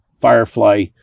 firefly